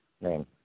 name